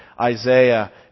Isaiah